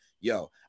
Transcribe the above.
yo